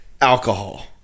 alcohol